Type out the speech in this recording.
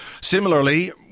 similarly